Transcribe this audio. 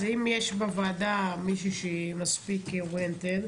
אם יש בוועדה מישהו שהיא מספיק oriented,